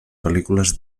pel·lícules